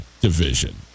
division